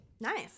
Nice